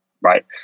right